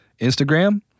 Instagram